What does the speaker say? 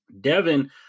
Devin